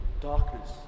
darkness